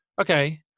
okay